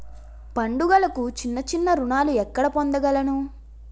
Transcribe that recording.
పండుగలకు చిన్న చిన్న రుణాలు ఎక్కడ పొందగలను?